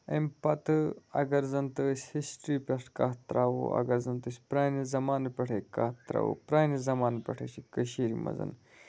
امہِ پَتہٕ اگر زَن تہٕ أسۍ ہِسٹری پٮ۪ٹھ کَتھ تراوو اگر زَن تہٕ أسۍ پرانہِ زَمانہٕ پٮ۪ٹھے کَتھ تراوو پرانہٕ زمانہ پٮ۪ٹھے چھِ کٔشیٖر مَنٛز